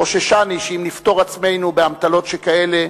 חוששני שאם נפטור את עצמנו באמתלות שכאלה,